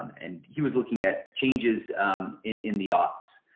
um and he was looking at changes in the aughts